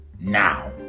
Now